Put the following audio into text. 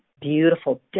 beautiful